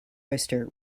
oyster